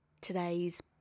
today's